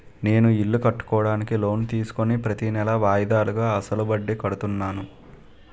నేను ఇల్లు కట్టుకోడానికి లోన్ తీసుకుని ప్రతీనెలా వాయిదాలుగా అసలు వడ్డీ కడుతున్నాను